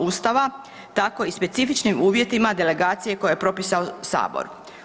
Ustava tako i specifičnim uvjetima delegacije koje je propisao Sabor.